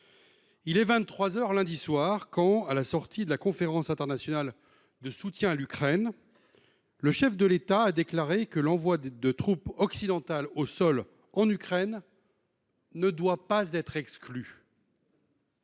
heures lundi soir quand, à la sortie de la conférence internationale de soutien à l’Ukraine, le chef de l’État a déclaré que l’envoi de troupes occidentales au sol en Ukraine ne devait pas être exclu.